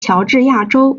乔治亚州